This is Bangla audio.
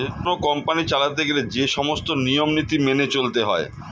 কোন কোম্পানি চালাতে গেলে যে সমস্ত নিয়ম নীতি মেনে চলতে হয়